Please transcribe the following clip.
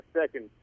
second